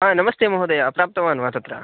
आ नमस्ते महोदय प्राप्तवान् वा तत्र